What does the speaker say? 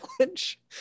challenge